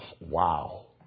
Wow